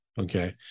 Okay